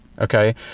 Okay